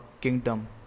kingdom